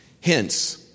hence